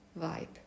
vibe